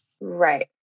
Right